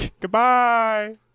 Goodbye